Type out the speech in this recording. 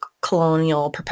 colonial